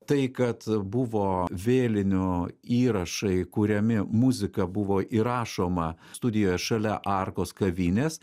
tai kad buvo vėlinių įrašai kuriami muzika buvo įrašoma studijoje šalia arkos kavinės